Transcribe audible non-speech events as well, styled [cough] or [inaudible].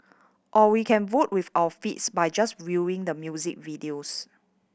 or we can vote with our feet [unintelligible] by just viewing the music videos